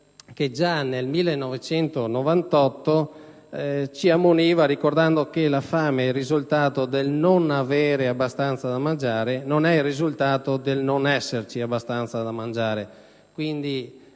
che, già nel 1998, ci ammoniva ricordando che «la fame è il risultato del non avere abbastanza da mangiare. Non è il risultato del non esserci abbastanza da mangiare». Ciò